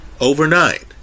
overnight